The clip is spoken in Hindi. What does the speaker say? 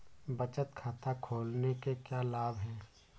बचत खाता खोलने के क्या लाभ हैं?